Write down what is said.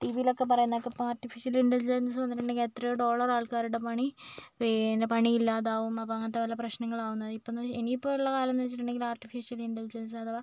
T വിയിൽ ഒക്കെ പറയുന്നതു കേൾക്കാം ഇപ്പോൾ ആർട്ടിഫിഷ്യൽ ഇൻറ്റലിജൻസ് വന്നിട്ടുണ്ടെങ്കിൽ എത്രയോ ഡോളർ ആൾക്കാരുടെ പണി പിന്നെ പണിയില്ലാതെയാകും അപ്പം അങ്ങനത്തെ വല്ല പ്രശ്നങ്ങൾ ആകുന്നേ ഇപ്പം ഇനി ഇപ്പോൾ ഉള്ള കാലം എന്ന് വെച്ചിട്ടുണ്ടെങ്കിൽ ആർട്ടിഫിഷ്യൽ ഇൻറ്റലിജൻസ് അഥവാ